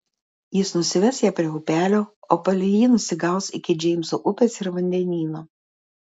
jis nusives ją prie upelio o palei jį nusigaus iki džeimso upės ir vandenyno